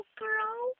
girl